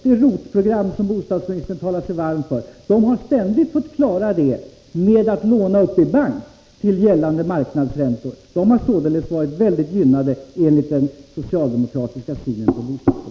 De har ständigt fått klara det ROT-program som bostadsministern talar så varmt för genom att låna i bank till gällande marknadsränta. De har således varit väldigt gynnade enligt den socialdemokratiska synen på bostadspolitiken.